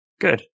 Good